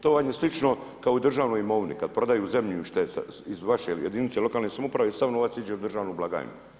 To vam je slično kao i u državnoj imovini, kada prodaju zemljište iz vaše jedinice lokalne samouprave i sav novac ide u državnu blagajnu.